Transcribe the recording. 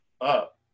up